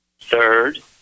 Third